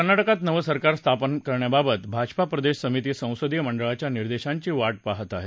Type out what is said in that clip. कर्नाटकात नवं सरकार स्थापन करण्याबाबत भाजपा प्रदेश समिती संसदीय मंडळाच्या निर्देशांची वाट पाहत आहे